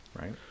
right